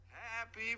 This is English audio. Happy